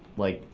like,